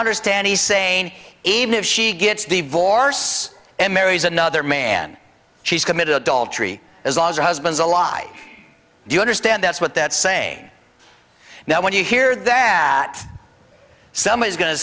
understand he's saying even if she gets divorce and marries another man she's committed adultery as long as her husband's alive do you understand that's what that saying now when you hear that someone is going to